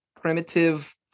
primitive